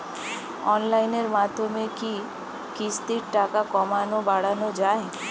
অনলাইনের মাধ্যমে কি কিস্তির টাকা কমানো বাড়ানো যায়?